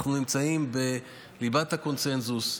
אנחנו נמצאים בליבת הקונסנזוס.